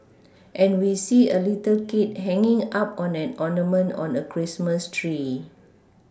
and we see a little kid hanging up on an ornament on a Christmas tree